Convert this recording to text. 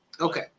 Okay